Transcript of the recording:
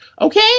okay